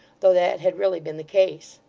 though that had really been the case.